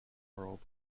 world